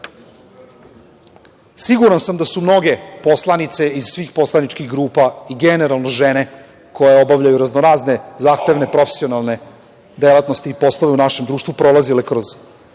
žena. Siguran sam da su mnoge poslanice iz svih poslaničkih grupa i generalno žene koje obavljaju raznorazne zahtevne profesionalne delatnosti i poslove u našem društvu prolazile kroz